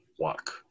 walk